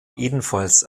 ebenfalls